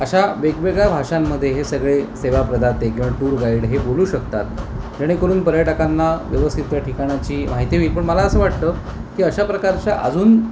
अशा वेगवेगळ्या भाषांमध्ये हे सगळे सेवाप्रदाते किंवा टूर गाईड हे बोलू शकतात जेणेकरून पर्यटकांना व्यवस्थित त्या ठिकाणाची माहिती होईल पण मला असं वाटतं की अशा प्रकारच्या अजून